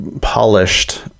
polished